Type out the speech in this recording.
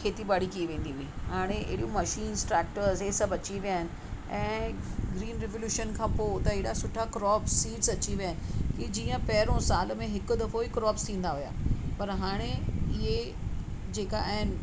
खेती ॿाड़ी कई वेंदी हुई हाणे अहिड़ियूं मशीन्स ट्रैक्टर्स इहे सभु अची विया आहिनि ऐं ग्रीन रेवेल्यूशन खां पोइ त एॾा सुठा क्रॉप्स सीड्स अची विया आहिनि की जीअं पहिरियों साल में हिकु दफ़ो ई क्रॉप्स थींदा हुआ पर हाणे इहे जेका आहिनि